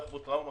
יש טראומה